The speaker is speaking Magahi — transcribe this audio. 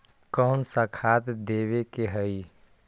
कोन सा खाद देवे के हई?